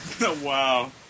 Wow